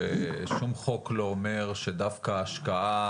ששום חוק לא אומר שדווקא השקעה,